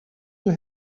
you